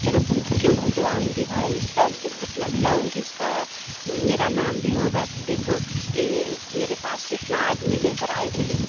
चलो तुमको क्यों नहीं दिलवाऊँगी भाई जितना दिलाऊँगी उसका मेरा नाम भी होगा कि देखो की मेरे पास इतना आदमी लेकर आई थी